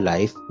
Life